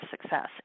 success